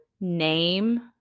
name